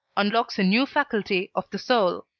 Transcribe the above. unlocks a new faculty of the soul.